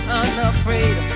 unafraid